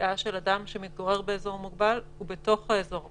ליציאה של אדם שמתגורר באזור מוגבל ובתוך האזור המוגבל.